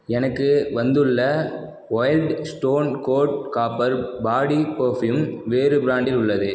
எனக்கு வந்துள்ள Wild Stone Code Copper body perfume வேறு பிராண்டில் உள்ளது